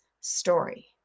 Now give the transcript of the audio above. story